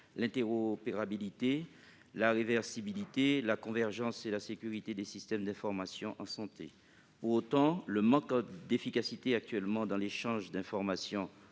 l'interopérabilité, la réversibilité, la convergence et la sécurité des systèmes d'information en santé. Pour autant, le manque d'efficacité actuelle dans l'échange d'informations